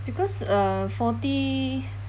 because uh forty